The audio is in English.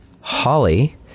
Holly